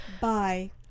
Bye